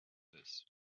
this